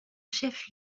chef